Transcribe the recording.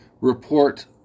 report